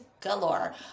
galore